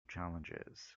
challenges